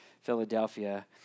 Philadelphia